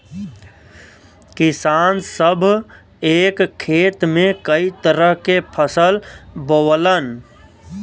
किसान सभ एक खेत में कई तरह के फसल बोवलन